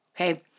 Okay